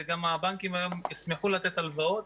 גם הבנקים היום ישמחו לתת הלוואות